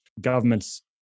governments